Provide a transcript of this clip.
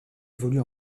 évolue